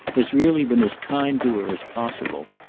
has really been as kind to her as possible.